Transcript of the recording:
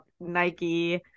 nike